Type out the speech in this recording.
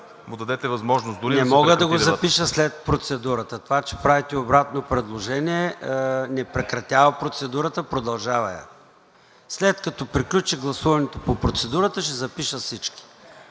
ЙОРДАН ЦОНЕВ: Не мога да го запиша след процедурата. Това, че правите обратно предложение, не прекратява процедурата, а я продължава. След като приключи гласуването по процедурата, ще запиша всички.